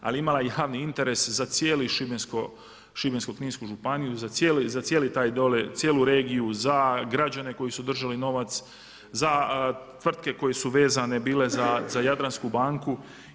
Ali imala je javni interes za cijeli Šibensko-kninsku županiju, za cijeli daj dole, cijelu regiju, za građane koji su držali novac za tvrtke koje su vezane bile za Jadransku banku.